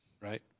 right